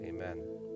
Amen